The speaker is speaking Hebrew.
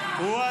הוא ענה.